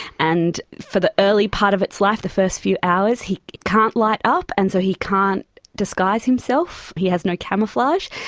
and for the early part of its life, the first few hours, he can't light up and so he can't disguise himself, he has no camouflage.